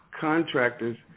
contractors